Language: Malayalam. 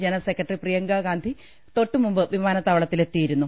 ജനറൽ സെക്രട്ടറി പ്രിയങ്കാ ഗാന്ധി തൊട്ടു മുമ്പ് വിമാനത്താവളത്തിലെത്തിയിരുന്നു